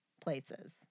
places